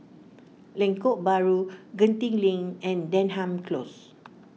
Lengkok Bahru Genting Link and Denham Close